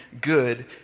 good